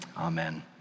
Amen